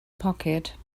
pocket